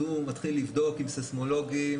אז הוא מתחיל לבדוק עם סיסמולוגים,